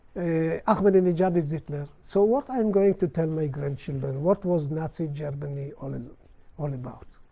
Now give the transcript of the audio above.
ahmadinejad is hitler. so what i am going to tell my grandchildren? what was nazi germany all and all about?